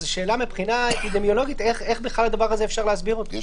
אז ה שאלה היא איך אפשר להסביר את הדבר הזה מבחינה אפידמיולוגית.